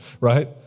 right